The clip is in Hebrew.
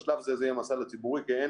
בשלב הזה זה יהיה מהסל הציבורי כי אין